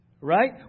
Right